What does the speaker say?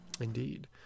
indeed